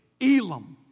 Elam